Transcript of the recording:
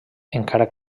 encara